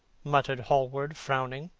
muttered hallward, frowning.